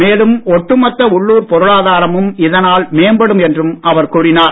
மேலும் ஒட்டு மொத்த உள்ளூர் பொருளாதாரமும் இதனால் மேம்படும் என்றும் அவர் கூறினார்